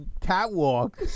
catwalk